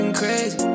crazy